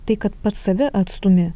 tai kad pats save atstumi